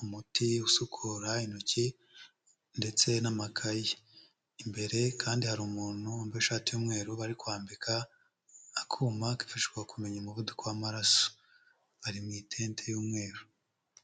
umuti usukura intoki, ndetse n'amakayi, imbere kandi hari umuntu wambaye ishati y'umweru bari kwambika akuma kifashwa kumenya umuvuduko w'amaraso, bari mu itenti y'umweru.